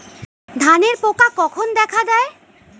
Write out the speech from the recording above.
ধানের পোকা কখন দেখা দেয়?